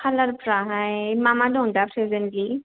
कालारफ्रा हाय मा मा दं दा फ्रेजेन्टलि